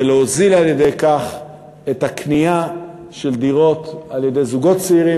ועל-ידי כך להוזיל את הדירות לזוגות צעירים